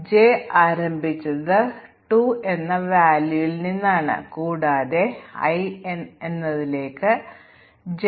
ഈ രണ്ട് അനുമാനങ്ങളെ അടിസ്ഥാനമാക്കിയാണ് മ്യൂട്ടേഷൻ ടെസ്റ്റിംഗ് പ്രവർത്തിക്കുന്നത്